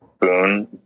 Boon